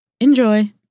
Enjoy